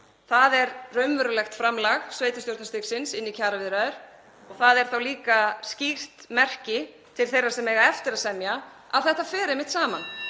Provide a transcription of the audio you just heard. það er raunverulegt framlag sveitarstjórnarstigsins inn í kjaraviðræður. Það er þá líka skýrt merki til þeirra sem eiga eftir að semja að þetta fer einmitt saman;